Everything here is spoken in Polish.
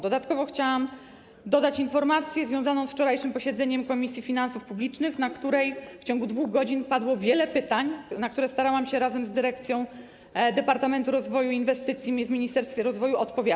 Dodatkowo chciałam dodać informację związaną z wczorajszym posiedzeniem Komisji Finansów Publicznych, na którym w ciągu 2 godzin padło wiele pytań, na które starałam się razem z dyrekcją Departamentu Rozwoju Inwestycji w Ministerstwie Rozwoju odpowiadać.